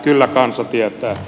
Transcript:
kyllä kansa tietää